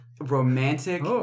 romantic